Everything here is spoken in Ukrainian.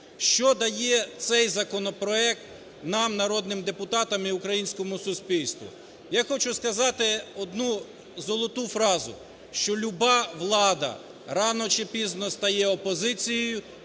Що дає цей законопроект нам, народним депутатам і українському суспільству? Я хочу сказати одну золоту фразу, що люба влада рано чи пізно стає опозицією